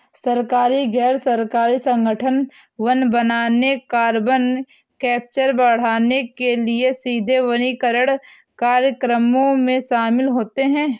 सरकारी, गैर सरकारी संगठन वन बनाने, कार्बन कैप्चर बढ़ाने के लिए सीधे वनीकरण कार्यक्रमों में शामिल होते हैं